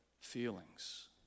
feelings